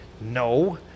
no